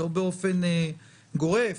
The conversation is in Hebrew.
לא באופן גורף,